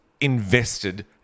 invested